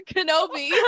Kenobi